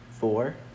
Four